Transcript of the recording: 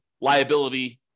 liability